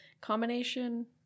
combination